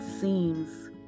seems